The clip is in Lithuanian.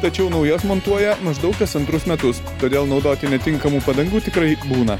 tačiau naujas montuoja maždaug kas antrus metus todėl naudoti netinkamų padangų tikrai būna